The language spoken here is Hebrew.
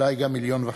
אולי גם מיליון וחצי,